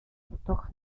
doch